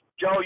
Joe